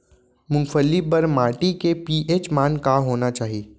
मूंगफली बर माटी के पी.एच मान का होना चाही?